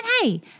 hey